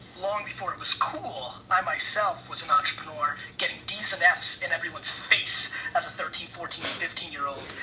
long before it was cool, i myself was an entrepreneur getting ds and fs in everyone's face as a thirteen, fourteen, fifteen year old.